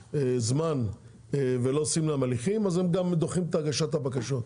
זמן ולא עושים להם הליכים אז הם גם דוחים את הגשת הבקשות.